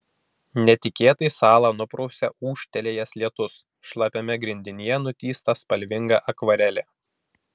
netikėtai salą nuprausia ūžtelėjęs lietus šlapiame grindinyje nutįsta spalvinga akvarelė